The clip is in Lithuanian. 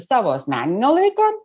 savo asmeninio laiko